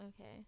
Okay